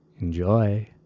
enjoy